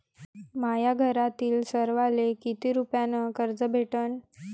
माह्या घरातील सर्वाले किती रुप्यान कर्ज भेटन?